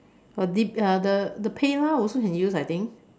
but D uh the the PayLah also can use I think